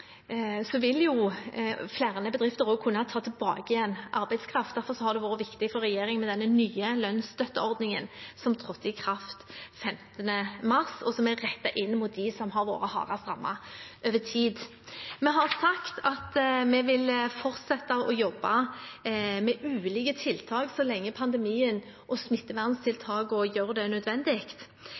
vil flere bedrifter også kunne ta tilbake igjen arbeidskraft. Derfor har det vært viktig for regjeringen med den nye lønnsstøtteordningen som trådte i kraft 15. mars, og som er rettet inn mot dem som har vært hardest rammet over tid. Vi har sagt at vi vil fortsette å jobbe med ulike tiltak så lenge pandemien og smitteverntiltakene gjør det nødvendig.